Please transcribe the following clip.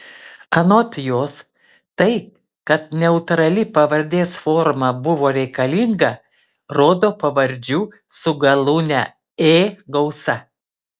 anot jos tai kad neutrali pavardės forma buvo reikalinga rodo pavardžių su galūne ė gausa